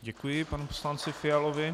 Děkuji panu poslanci Fialovi.